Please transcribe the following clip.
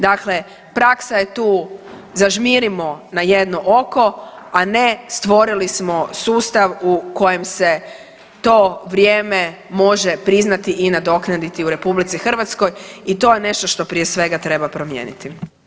Dakle, praksa je tu zažmirimo na jedno oko, a ne stvorili smo sustav u kojem se to vrijeme može priznati i nadoknaditi u RH i to je nešto što prije svega treba promijeniti.